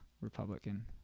republican